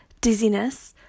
dizziness